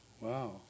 Wow